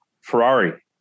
Ferrari